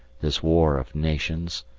this war of nations.